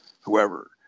whoever